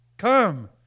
Come